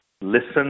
listen